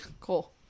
Cool